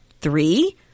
Three